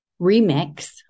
remix